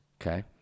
Okay